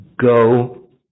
go